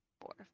Four